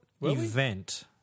event